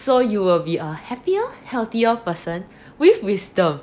so you will be a happier healthier person with wisdom